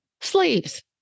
Slaves